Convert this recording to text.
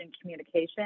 communication